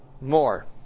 More